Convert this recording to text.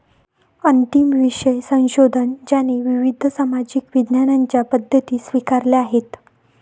अंतिम विषय संशोधन ज्याने विविध सामाजिक विज्ञानांच्या पद्धती स्वीकारल्या आहेत